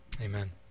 Amen